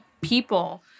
people